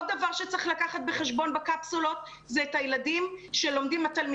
עוד דבר שצריך לקחת בחשבון בקפסולות זה את התלמידים שלומדים